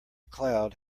cloud